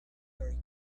very